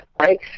right